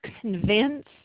convince